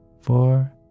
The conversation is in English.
four